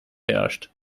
herrscht